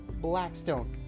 Blackstone